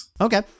Okay